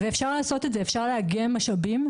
אפשר לעשות את זה; אפשר לאגם משאבים,